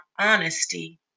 honesty